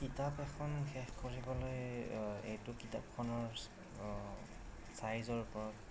কিতাপ এখন শেষ কৰিবলৈ এইটো কিতাপখনৰ ছাইজৰ ওপৰত